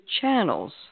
channels